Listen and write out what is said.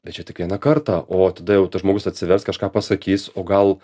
bet čia tik vieną kartą o tada jau tas žmogus atsivers kažką pasakys o gal